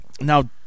now